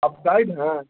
آپ گائڈ ہیں